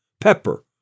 pepper